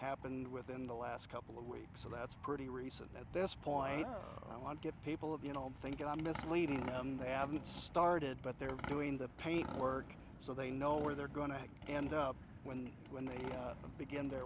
happened within the last couple of weeks so that's pretty recent at this point i want to people of you know think that i'm misleading them they haven't started but they're doing the paint work so they know where they're going to end up when when they begin t